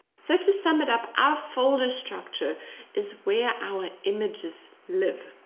so, to sum it up, our folder structure is where our images live.